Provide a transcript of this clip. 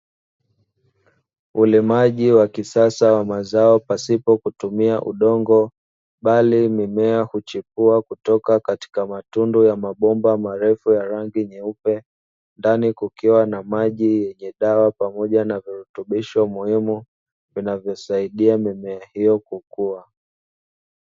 Ulimaji wa kisasa wa mazao pasipo kutumia udongo bali mimea huchipua kutoka katika matundu ya mabomba marefu ya rangi nyeupe, ndani kukiwa na maji yenye dawa pamoja na virutubisho muhimu vinavyosaidia mimea hiyo kukua.